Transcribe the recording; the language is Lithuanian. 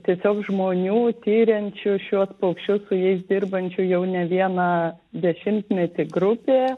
tiesiog žmonių tiriančių šiuos paukščius su jais dirbančių jau ne vieną dešimtmetį grupė